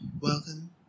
welcome